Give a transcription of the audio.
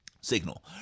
signal